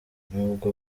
nubwo